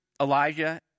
Elijah